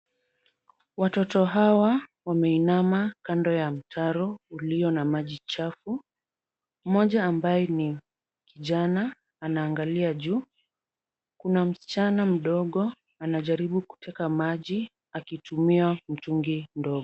Watoto hawa wameinama kando ya mtaro ulio na maji chafu. Mmoja ambaye ni kijana anaangalia juu. Kuna msichana mdogo anajaribu kuteka maji akitumia mtungi mdogo.